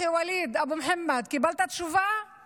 אחי ווליד אבו אל-חמד, קיבלת תשובה או